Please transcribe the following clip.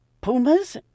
pumas